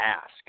ask